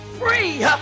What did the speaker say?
free